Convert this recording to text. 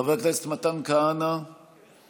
חבר הכנסת מתן כהנא, איננו.